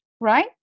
right